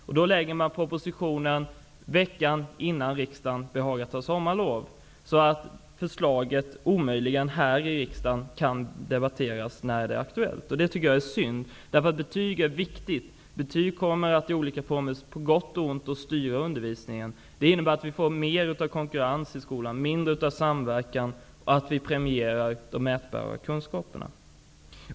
Regeringen lägger fram propositionen veckan innan riksdagen behagar ta sommarlov, så att förslaget omöjligen kan debatteras här i riksdagen när det är aktuellt. Det är tycker jag är synd. Betyg är viktigt. Betyg i olika former kommer på gott och ont att styra undervisningen. Det betyder att vi får mer av konkurrens och mindre av samverkan i skolan samt att vi premierar de mätbara kunskaperna.